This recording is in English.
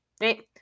Right